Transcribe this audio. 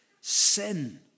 sin